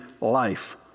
life